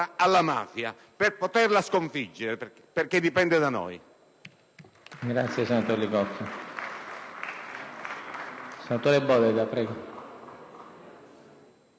alla mafia per poterla sconfiggere, perché dipende da noi.